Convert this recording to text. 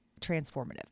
transformative